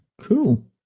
cool